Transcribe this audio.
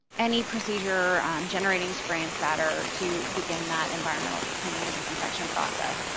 any procedure generating spray and spatter to begin that environmental cleaning and disinfection process.